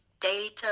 data